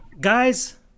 Guys